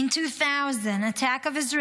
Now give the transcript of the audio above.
In 2000, attack of Israeli